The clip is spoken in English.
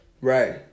Right